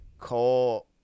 Cole